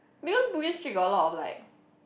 because Bugis Street got a lot of like